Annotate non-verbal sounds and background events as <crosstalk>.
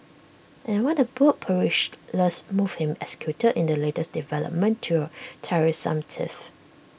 and what A bold perilous <unintelligible> move him executed in the latest development to A tiresome tiff